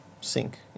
Sync